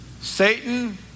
Satan